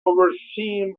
overseen